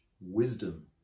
wisdom